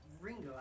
Ringo